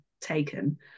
taken